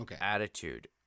attitude